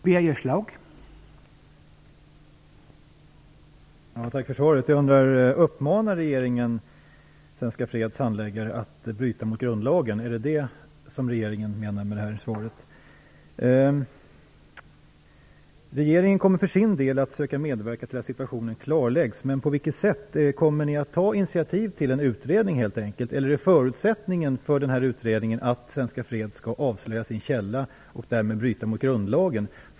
Herr talman! Tack för svaret. Jag undrar om regeringen uppmanar Svenska freds handläggare att bryta mot grundlagen. Är det detta som regeringen menar med det här svaret? Regeringen kommer för sin del att söka medverka till att situationen klarläggs. På vilket sätt kommer det att ske? Kommer ni helt enkelt att ta initiativ till en utredning? Eller är förutsättningen för den här utredningen och för att regeringen skall ta i frågan att Svenska freds skall avslöja sin källa och därmed bryta mot grundlagen?